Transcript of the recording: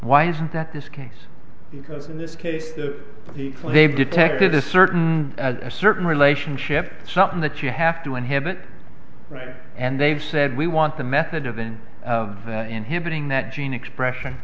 why is it that this case because in this case they've detected a certain a certain relationship something that you have to inhibit right and they've said we want the method of in inhibiting that gene expression